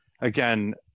again